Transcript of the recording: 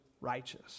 righteous